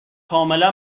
کاملا